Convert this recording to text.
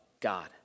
God